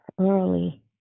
early